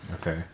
Okay